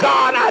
God